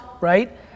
right